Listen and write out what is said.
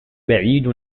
بعيد